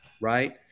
right